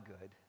good